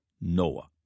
Noah